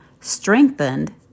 strengthened